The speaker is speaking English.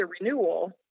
renewal